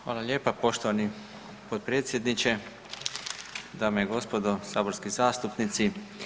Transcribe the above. Hvala lijepa poštovani podpredsjedniče, dame i gospodo, saborski zastupnici.